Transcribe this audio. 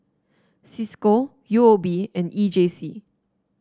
Cisco U O B and E J C